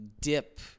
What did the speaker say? dip